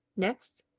next,